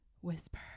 whisper